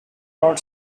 lord